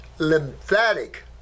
lymphatic